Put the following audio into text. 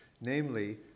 namely